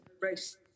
race